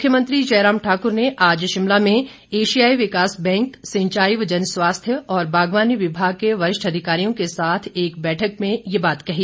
मुख्यमंत्री जयराम ठाक्र ने आज शिमला में एशियाई विकास बैंक सिंचाई व जनस्वास्थ्य और बागवानी विभाग के वरिष्ठ अधिकारियों के साथ एक बैठक में ये बात कही